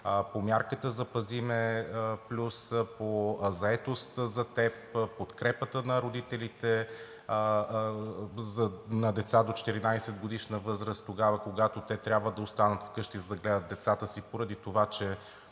мярка „Запази ме +“, „Заетост за теб“, подкрепата на родителите на деца до 14-годишна възраст тогава, когато те трябва да останат вкъщи, за да гледат децата си поради това, че